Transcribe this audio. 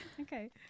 Okay